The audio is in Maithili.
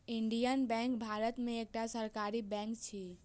इंडियन बैंक भारत में एकटा सरकारी बैंक अछि